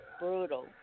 brutal